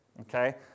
okay